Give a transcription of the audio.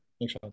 Thanks